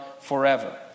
forever